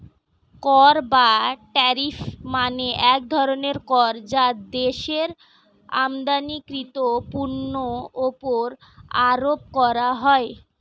কর বা ট্যারিফ মানে এক ধরনের কর যা দেশের আমদানিকৃত পণ্যের উপর আরোপ করা হয়